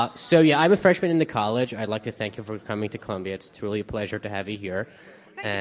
ah so yeah i'm a fresher but in the college. i'd like to thank you for coming to columbia. it's truly a pleasure to have you here.